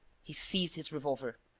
he seized his revolver